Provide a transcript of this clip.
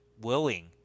willing